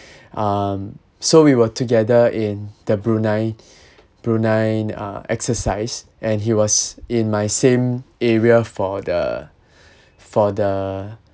um so we were together in the brunei brunei uh exercise and he was in my same area for the for the